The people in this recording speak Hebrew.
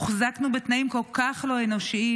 הוחזקנו בתנאים כל כך לא אנושיים.